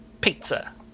Pizza